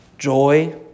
joy